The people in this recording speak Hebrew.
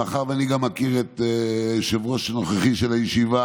מאחר שאני גם מכיר את היושב-ראש הנוכחי של הישיבה,